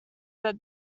that